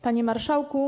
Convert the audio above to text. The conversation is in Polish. Panie Marszałku!